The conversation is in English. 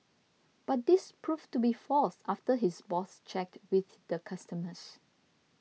but this proved to be false after his boss checked with the customers